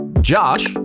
Josh